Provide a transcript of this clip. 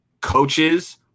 Coaches